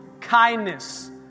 kindness